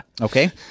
Okay